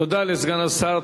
תודה לסגן השר.